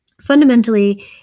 Fundamentally